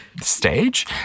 stage